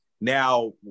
now